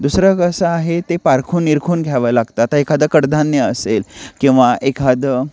दुसरं कसं आहे ते पारखून निरखून घ्यावं लागतात एखादं कडधान्य असेल किंवा एखादं